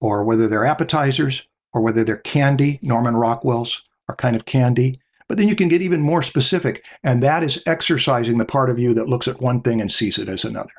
or whether they're appetizers or whether they're candy. norman rockwell's are kind of candy but then you can get even more specific and that is exercising the part of you that looks at one thing and sees it as another.